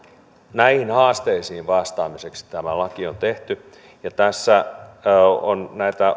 näihin haasteisiin vastaamiseksi tämä laki on tehty tässä on näitä